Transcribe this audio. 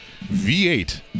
V8